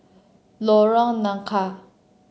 Lorong Nangka